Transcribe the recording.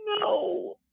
no